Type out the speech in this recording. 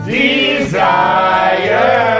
desire